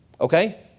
okay